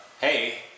hey